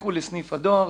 לכו לסניף הדואר,